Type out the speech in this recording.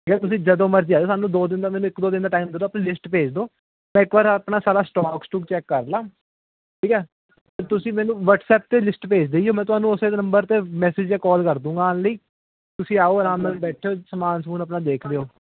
ਯਾਰ ਤੁਸੀਂ ਜਦੋਂ ਮਰਜ਼ੀ ਆਇਓ ਸਾਨੂੰ ਦੋ ਦਿਨ ਦਾ ਮੈਨੂੰ ਇੱਕ ਦੋ ਦਿਨ ਦਾ ਟੈਮ ਦੇ ਦਓ ਆਪਣੀ ਲਿਸਟ ਭੇਜ ਦਓ ਮੈਂ ਇੱਕ ਵਾਰ ਆਪਣਾ ਸਾਰਾ ਸਟੋਕ ਸਟੂਕ ਚੈੱਕ ਕਰ ਲਵਾਂ ਠੀਕ ਹੈ ਅਤੇ ਤੁਸੀਂ ਮੈਨੂੰ ਵਟਸਐਪ 'ਤੇ ਲਿਸਟ ਭੇਜ ਦਇਓ ਮੈਂ ਤੁਹਾਨੂੰ ਉਸੇ ਨੰਬਰ ਮੈਸਜ ਜਾਂ ਕੋਲ ਕਰ ਦਊਂਗਾ ਆਉਣ ਲਈ ਤੁਸੀਂ ਆਓ ਅਰਾਮ ਨਾਲ ਆਪਣਾ ਬੈਠੋ ਸਮਾਨ ਸਮੁਨ ਆਪਣਾ ਦੇਖ ਲਿਓ